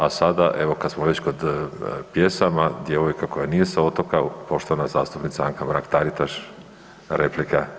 A sada kad smo već kod pjesama, djevojka koja nije sa otoka poštovana zastupnica Anka Mrak-Taritaš, replika.